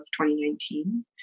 2019